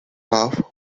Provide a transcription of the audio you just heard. love